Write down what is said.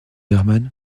herman